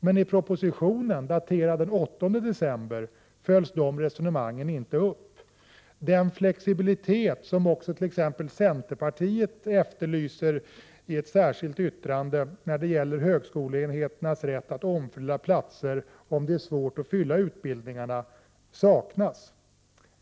Men i propositionen, daterad den 8 december, följs de resonemangen inte upp. Flexibiliteten, som t.ex. centerpartiet efterlyser i ett särskilt yttrande när det gäller högskoleenheternas rätt att omfördela platser om det är svårt att fylla utbildningarna, saknas.